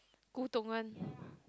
Gudong one